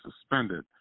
suspended